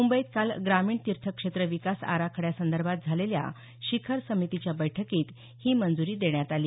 मुंबईत काल ग्र्ामीण तीर्थक्षेत्र विकास आराखड्यासंदर्भात झालेल्या शिखर समितीच्या बैठकीत ही मंजूरी देण्यात आली